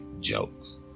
jokes